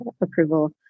approval